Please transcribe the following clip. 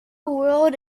world